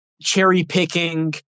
cherry-picking